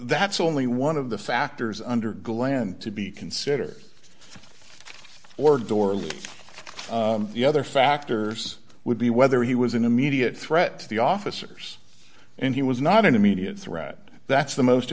that's only one of the factors under gland to be considered or door the other factors would be whether he was an immediate threat to the officers and he was not an immediate threat that's the most